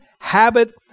habit